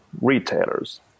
retailers